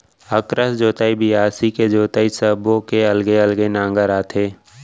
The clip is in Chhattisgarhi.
अकरस जोतई, बियासी के जोतई सब्बो के अलगे अलगे नांगर आथे